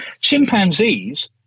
Chimpanzees